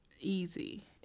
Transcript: easy